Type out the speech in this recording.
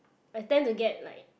I tend to get like